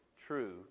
true